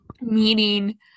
meeting